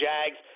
Jags